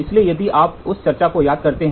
इसलिए यदि आप उस चर्चा को याद करते हैं